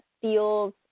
feels –